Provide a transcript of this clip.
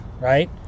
right